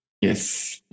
Yes